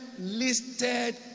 listed